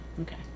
Okay